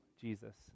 Jesus